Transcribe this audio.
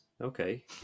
Okay